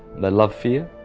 they love fear,